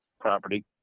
property